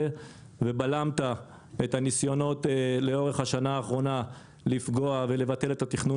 ובלמת את הניסיונות לאורך השנה האחרונה לפגוע ולבטל את התכנון